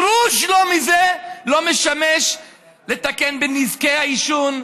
גרוש מזה לא משמש לתקן את נזקי העישון,